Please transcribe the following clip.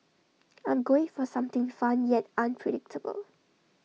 I'm going for something fun yet unpredictable